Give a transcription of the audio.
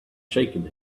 shaken